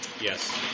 Yes